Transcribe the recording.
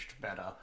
better